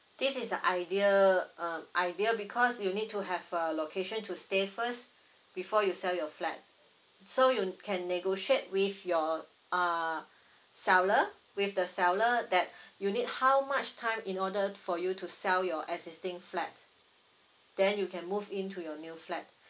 this is an idea um idea because you need to have a location to stay first before you sell your flat so you can negotiate with your uh seller with the seller that you need how much time in order for you to sell your existing flat then you can move in to your new flat